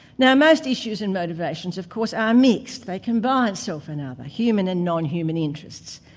now most issues and motivations of course are mixed. they combine self and other, human and non-human interests,